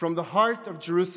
from the heart of Jerusalem